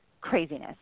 Craziness